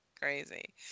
crazy